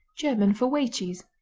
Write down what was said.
german for whey cheese.